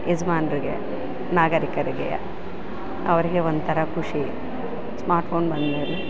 ಯಜ್ಮಾನರಿಗೆ ನಾಗರಿಕರಿಗೆ ಅವ್ರ್ಗೆ ಒಂಥರ ಖುಷಿ ಸ್ಮಾರ್ಟ್ಫೋನ್ ಬಂದ್ಮೇಲೆ